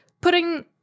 putting